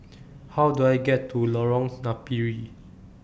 How Do I get to Lorong Napiri